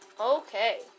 Okay